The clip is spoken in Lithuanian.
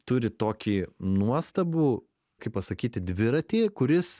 turi tokį nuostabų kaip pasakyti dviratį kuris